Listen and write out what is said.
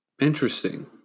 Interesting